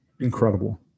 Incredible